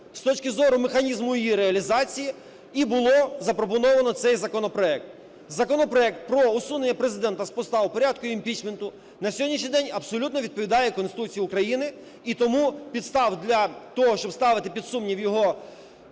з точки зору механізму її реалізації і було запропоновано цей законопроект: Законопроект про усунення Президента з поста в порядку імпічменту на сьогоднішній день абсолютно відповідає Конституції України. І тому підстав для того, щоб ставити під сумнів його